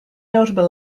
notable